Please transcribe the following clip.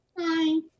Hi